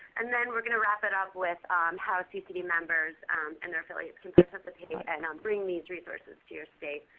and then we're going to wrap it up with how ccd members and their affiliates can participate and and bring these resources to your state.